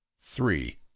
three